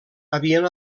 havien